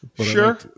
sure